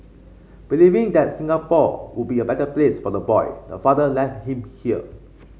believing that Singapore would be a better place for the boy the father left him here